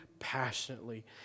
passionately